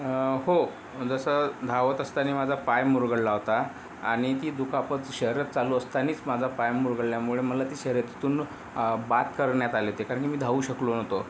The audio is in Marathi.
हो जसं धावत असताना माझा पाय मुरगळला होता आणि ती दुखापत शर्यत चालू असतानाच माझा पाय मुरगळल्यामुळे मला त्या शर्यतीतून बाद करण्यात आले होते कारण की मी धावू शकलो नव्हतो